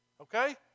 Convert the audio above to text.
Okay